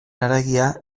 haragia